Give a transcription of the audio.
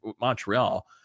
montreal